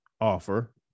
offer